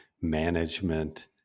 management